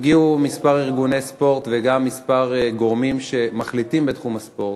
הגיעו כמה ארגוני ספורט וגם כמה גורמים שמחליטים בתחום הספורט,